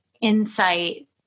insight